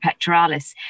pectoralis